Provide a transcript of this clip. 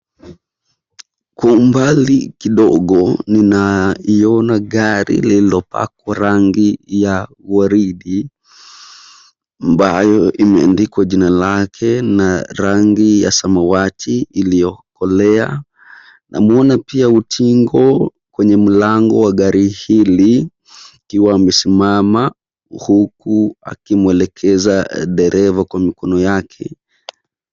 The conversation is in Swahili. Kwa umbali kidogo, ninaliona gari lililopakwa rangi ya waridi, ambayo imeandikwa jina lake na rangi ya samawati iliyokolea. Namuona pia utingo kwenye mlango wa gari hili, akiwa amesimama, huku akimwelekeza dereva kwa mikono yake.